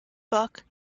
book